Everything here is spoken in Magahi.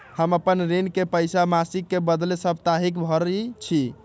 हम अपन ऋण के पइसा मासिक के बदले साप्ताहिके भरई छी